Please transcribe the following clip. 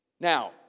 Now